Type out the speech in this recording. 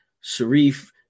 Sharif